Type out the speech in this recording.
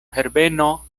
herbeno